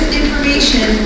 information